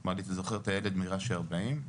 אמר לי 'אתה זוכר את הילד מרש"י 40?',